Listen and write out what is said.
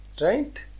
right